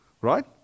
Right